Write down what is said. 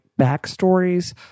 backstories